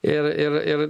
ir ir ir